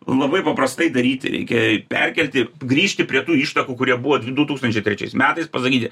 labai paprastai daryti reikia perkelti grįžti prie tų ištakų kurie buvo dvi du tūkstančiai trečiais metais pasakyti